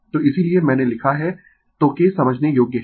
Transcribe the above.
तो इसीलिये मैंने लिखा है तो के समझने योग्य है